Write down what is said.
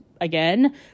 again